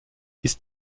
ist